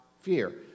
fear